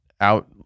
out